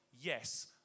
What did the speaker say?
yes